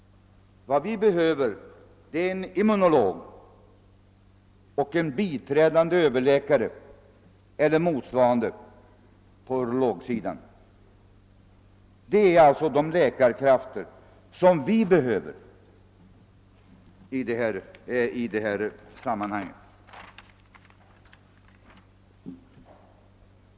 Vad vi behöver i detta sammanhang är en immunolog och en biträdande överläkare eller en motsvarande befattningshavare på urologiområdet.